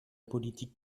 politique